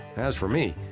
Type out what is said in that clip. as for me,